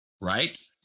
right